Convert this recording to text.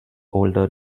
older